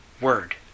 word